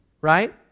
right